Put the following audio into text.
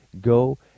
Go